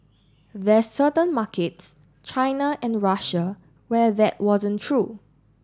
there's certain markets China and Russia where that wasn't true